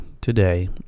today